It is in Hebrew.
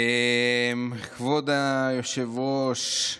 כבוד היושב-ראש,